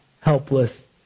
helpless